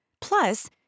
Plus